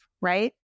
right